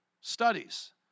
studies